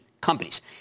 companies